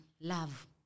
love